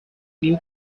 new